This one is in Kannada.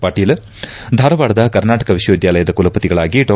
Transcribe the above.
ಪಾಟೀಲ್ ಧಾರವಾಡದ ಕರ್ನಾಟಕ ವಿಶ್ವವಿದ್ಯಾಲಯದ ಕುಲಪತಿಯಾಗಿ ಡಾ